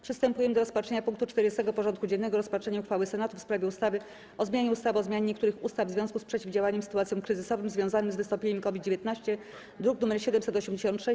Przystępujemy do rozpatrzenia punktu 40. porządku dziennego: Rozpatrzenie uchwały Senatu w sprawie ustawy o zmianie ustawy o zmianie niektórych ustaw w związku z przeciwdziałaniem sytuacjom kryzysowym związanym z wystąpieniem COVID-19 (druk nr 786)